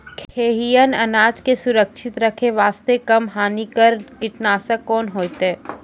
खैहियन अनाज के सुरक्षित रखे बास्ते, कम हानिकर कीटनासक कोंन होइतै?